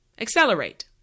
Accelerate